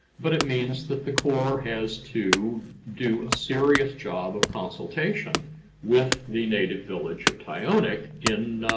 but it means that the corps has to do a serious job of consultation with the native village of tyonek in